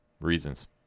Reasons